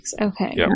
Okay